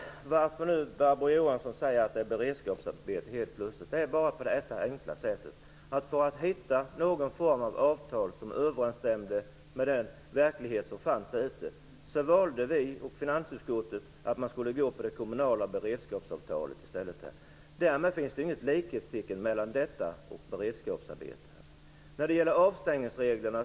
Herr talman! Varför säger Barbro Johansson helt plötsligt att det är beredskapsarbeten? Det är på det enkla sättet så, att för att hitta någon form av avtal som överensstämde med den verklighet som fanns, valde vi och finansutskottet att i stället gå på det kommunala beredskapsavtalet. Därmed finns det inget likhetstecken mellan detta och beredskapsarbete. Sedan var det avstängningsreglerna.